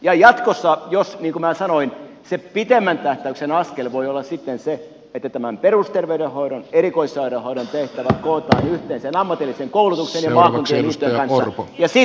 ja jatkossa niin kuin minä sanoin se pitemmän tähtäyksen askel voi olla sitten se että perusterveydenhoidon erikoissairaanhoidon tehtävät kootaan yhteen sen ammatillisen koulutuksen ja vahvempien liittojen kanssa ja sitten